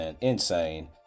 insane